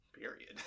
period